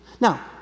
Now